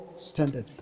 standard